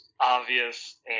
obvious